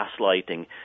gaslighting